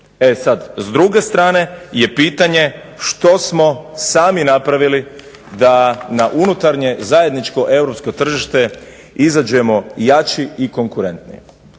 s druge strane je pitanje što smo sami napravilo da na unutarnje zajedničko europsko tržište izađemo jači i konkurentniji.